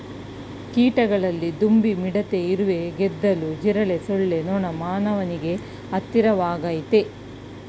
ಕೀಟಗಳಲ್ಲಿ ದುಂಬಿ ಮಿಡತೆ ಇರುವೆ ಗೆದ್ದಲು ಜಿರಳೆ ಸೊಳ್ಳೆ ನೊಣ ಮಾನವನಿಗೆ ಹತ್ತಿರವಾಗಯ್ತೆ